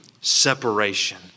separation